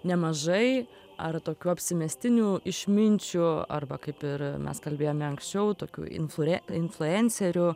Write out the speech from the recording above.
nemažai ar tokių apsimestinių išminčių arba kaip ir mes kalbėjome anksčiau tokių infure influencerių